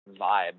vibe